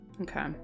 Okay